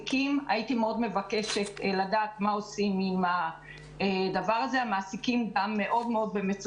למצוא איזה פתרון לסיטואציה המאוד מאוד מוזרה